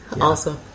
Awesome